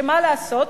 שמה לעשות,